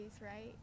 right